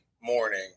morning